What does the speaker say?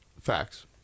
Facts